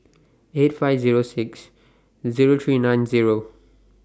eight five Zero six Zero three nine Zero